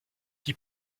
qui